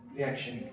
Reaction